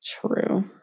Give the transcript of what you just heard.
True